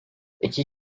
i̇ki